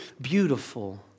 beautiful